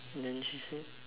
then she said